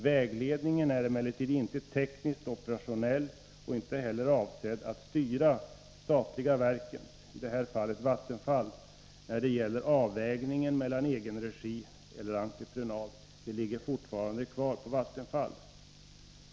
Vägledningen är emellertid inte tekniskt operationell och inte heller avsedd att styra de statliga verken, i det här fallet Vattenfall, när det gäller avvägningen mellan egenregi och entreprenad. Den bedömningen ligger fortfarande kvar på Vattenfall.